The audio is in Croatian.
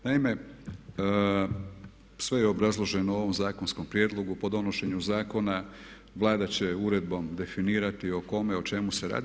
Naime, sve je obrazloženo u ovom zakonskom prijedlogu po donošenju zakona Vlada će uredbom definirati o kome, o čemu se radi.